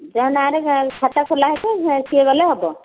ଯାହା ନାଁ'ରେ ଖାତା ଖୋଲା ହେଇଥିବ ସିଏ ଗଲେ ହେବ